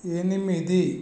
ఎనిమిది